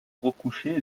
recoucher